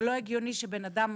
זה לא הגיוני שבן אדם